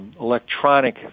electronic